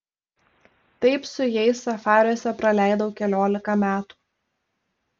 taip su jais safariuose praleidau keliolika metų